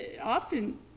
often